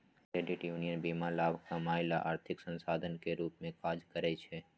credit union बीना लाभ कमायब ला आर्थिक संस्थान के रूप में काज़ करइ छै